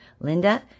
Linda